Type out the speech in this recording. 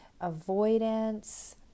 avoidance